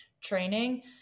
training